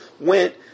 went